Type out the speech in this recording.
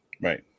Right